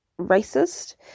racist